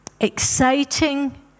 exciting